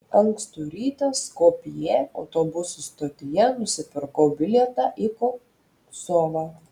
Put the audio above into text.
ankstų rytą skopjė autobusų stotyje nusipirkau bilietą į kosovą